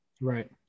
Right